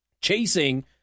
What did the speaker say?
chasing